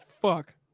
fuck